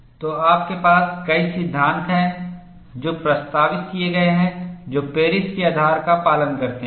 तो आपके पास कई सिद्धांत हैं जो प्रस्तावित किए गए हैं जो पेरिस के आधार का पालन करते हैं